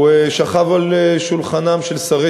הוא שכב על שולחנם של שרי